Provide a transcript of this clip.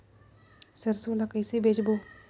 सरसो ला कइसे बेचबो?